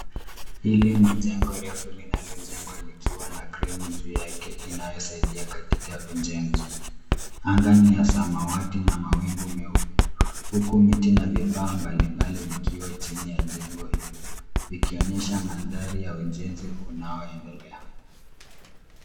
Hili ni jengo refu linalojengwa likiwa na kreni juu yake, inayosaidia katika ujenzi. Anga ni ya samawati na mawingu meupe, huku miti na vifaa mbali mbali, vikiwa chini ya jengo hilo, likionyesha mandhari ya ujenzi unaoendelea.